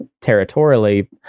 territorially